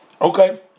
Okay